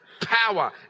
Power